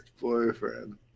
boyfriend